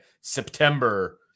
September